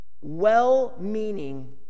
well-meaning